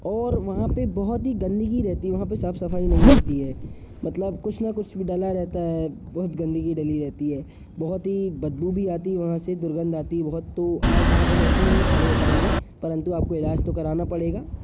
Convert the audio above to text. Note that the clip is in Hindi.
और वहाँ पे बहुत ही गंदगी रहती है वहाँ पे साफ सफाई नहीं होती है मतलब कुछ ना कुछ डला रहता है बहुत गंदगी डली रहती है बहुत ही बदबू भी आती है वहाँ से दुर्गन्ध आती है बहुत तो आप वहाँ वैसे ही नहीं खड़े हो पाएँगे परंतु आपको इलाज तो कराना पड़ेगा